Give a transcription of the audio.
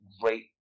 great